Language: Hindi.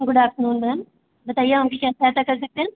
गुड आफ्टरनून मैम बताइए हम कि क्या सहायता कर सकते हैं